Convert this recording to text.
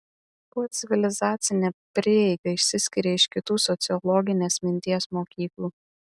kuo civilizacinė prieiga išsiskiria iš kitų sociologinės minties mokyklų